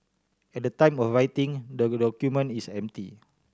at the time of writing the document is empty